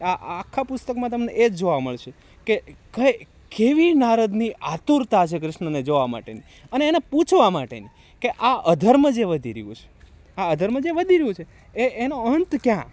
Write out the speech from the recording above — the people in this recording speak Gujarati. આ આખા પુસ્તકમાં તમને એ જ જોવા મળશે કે કેવી નારદની આતુરતા છે કૃષ્ણને જોવા માટેની અને એને પૂછવા માટેની કે આ અધર્મ જે વધી રહ્યું છે આ અધર્મ જે વધી રહ્યું છે એ એનો અંત ક્યાં